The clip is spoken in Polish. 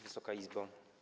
Wysoka Izbo!